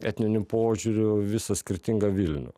etniniu požiūriu visą skirtingą vilnių